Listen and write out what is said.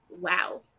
Wow